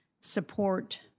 support